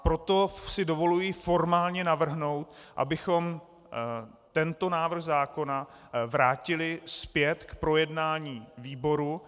Proto si dovoluji formálně navrhnout, abychom tento návrh zákona vrátili zpět k projednání výboru.